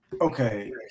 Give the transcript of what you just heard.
Okay